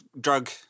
drug